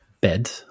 bed